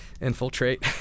Infiltrate